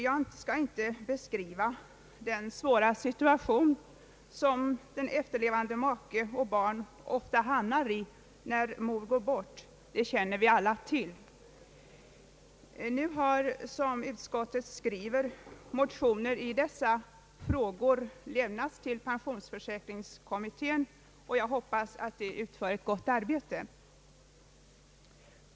Jag skall inte beskriva den svåra situation som efterlevande make och barn ofta hamnar i när mor går bort — det känner alla till. Nu har, som utskottet skriver, motioner i dessa frågor lämnats till pensionsförsäkringskommittén, och jag hoppas att kommittén utför ett gott arbete.